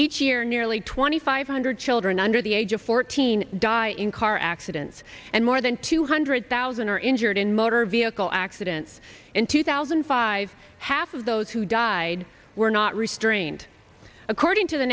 each year nearly twenty five hundred children under the age of fourteen die in car accidents and more than two hundred thousand are injured in motor vehicle accidents in two thousand and five half of those who died were not restrained according to the